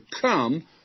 Come